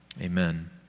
Amen